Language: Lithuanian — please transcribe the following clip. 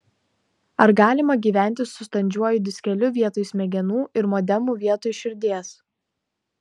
ar galima gyventi su standžiuoju diskeliu vietoj smegenų ir modemu vietoj širdies